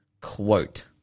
quote